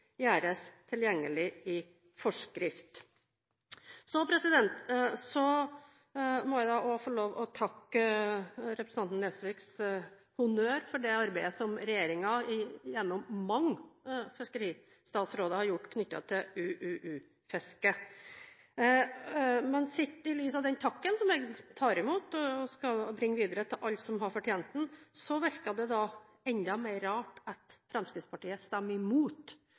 gjøres tilgjengelig i forskrift. Så må jeg også få lov til å takke for representanten Nesviks honnør for det arbeidet regjeringen, gjennom mange fiskeristatsråder, har gjort knyttet til UUU-fisket. Men sett i lys av den takken, som jeg tar imot og skal bringe videre til alle som har fortjent den, virker det enda mer rart at Fremskrittspartiet stemmer imot